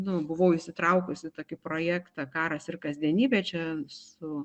nu buvau įsitraukus į tokį projektą karas ir kasdienybė čia su